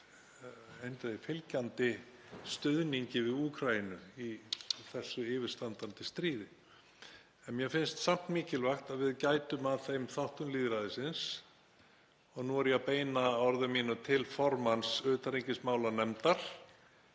eindregið fylgjandi stuðningi við Úkraínu í þessu yfirstandandi stríði. En mér finnst samt mikilvægt að við gætum að þeim þáttum lýðræðisins. Og nú beini orðum mínum til formanns utanríkismálanefndar